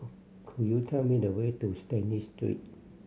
could you tell me the way to Stanley Street